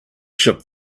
ship